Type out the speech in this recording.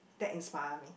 that inspire me